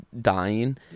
dying